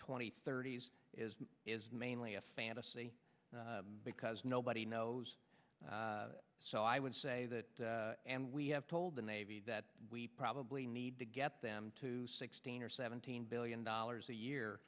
twenty thirty's is is mainly a fantasy because nobody knows so i would say that and we have told the navy that we probably need to get them to sixteen or seventeen billion dollars a year